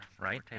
right